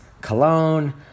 cologne